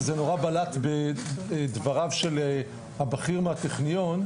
וזה מאוד בלט בדבריו של הבכיר מהטכניון,